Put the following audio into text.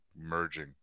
merging